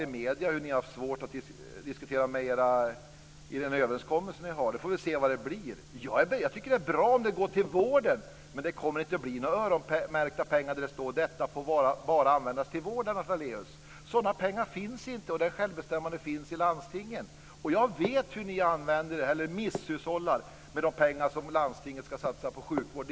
Ni har haft svårt att diskutera era överenskommelser. Vi får väl se vad det blir. Jag tycker att det är bra om pengarna går till vården. Men det kommer inte att bli några öronmärkta pengar där det står att de bara får användas för vården. Sådana pengar finns inte, och självbestämmandet finns i landstingen. Jag vet hur ni misshushållar med de pengar som landstinget ska satsa på sjukvård.